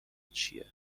چیه